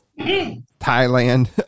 Thailand